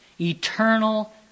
eternal